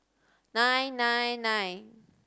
nine nine nine